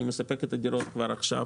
אני מספק את הדירות כבר עכשיו.